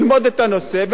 המיקרופון פתוח.